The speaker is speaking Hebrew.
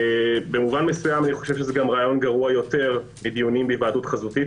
במובן מסוים אני חושב שזה רעיון גרוע יותר מדיונים מהיוועדות חזותית,